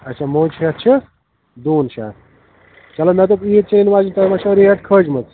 اَچھا موچہٕ ہٮ۪تھ چھِ دوٗن شےٚ ہَتھ چلو مےٚ دوٚپ عیٖد چھِ یِنہٕ واجیٚنۍ تۄہہِ ما چھَو ریٹ کھٲجمٕژ